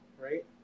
Right